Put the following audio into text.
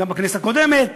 גם בכנסת הקודמת,